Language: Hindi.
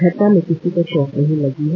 घटना में किसी को चोट नहीं लगी है